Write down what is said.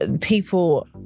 People